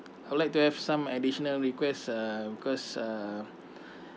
I would like to have some additional requests uh because uh